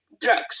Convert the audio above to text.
drugs